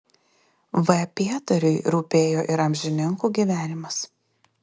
v pietariui rūpėjo ir amžininkų gyvenimas